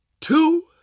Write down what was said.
two